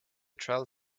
trial